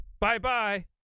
Bye-bye